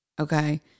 okay